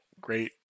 great